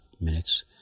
minutes